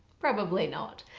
probably not.